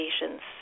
Patients